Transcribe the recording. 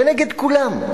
כנגד כולם.